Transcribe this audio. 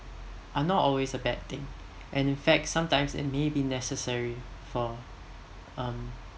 are not always a bad thing and in fact sometimes it maybe necessary for um